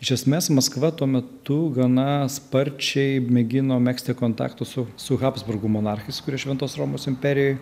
iš esmės maskva tuo metu gana sparčiai mėgino megzti kontaktus su su habsburgų monarchais kurie šventos romos imperijai